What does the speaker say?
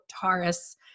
Taurus